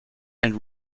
and